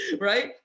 Right